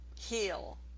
heal